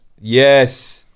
yes